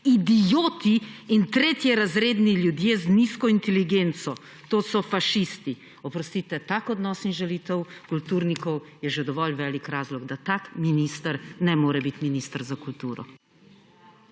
idioti in tretjerazredni ljudje z nizko inteligenco, to so fašisti.« Oprostite, tak odnos in žalitev kulturnikov je že dovolj velik razlog, da tak minister ne more biti minister za kulturo.